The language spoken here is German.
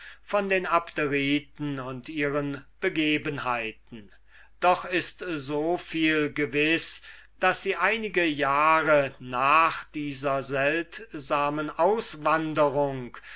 von den abderiten und ihren begebenheiten doch ist so viel gewiß daß sie einige jahre nach dieser seltsamen auswanderung